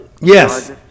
Yes